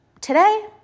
today